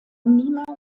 niemals